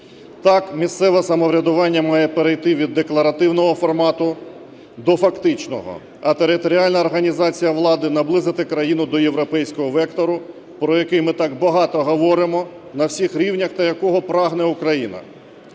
Так, місцеве самоврядування має перейти від декларативного формату до фактичного, а територіальна організація влади наблизити країну до європейського вектору, про який ми так багато говоримо на всіх рівнях та якого прагне Україна.